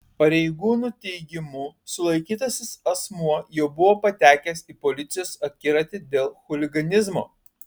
pareigūnų teigimu sulaikytasis asmuo jau buvo patekęs į policijos akiratį dėl chuliganizmo